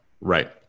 Right